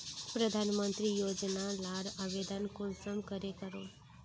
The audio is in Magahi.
प्रधानमंत्री योजना लार आवेदन कुंसम करे करूम?